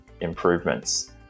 improvements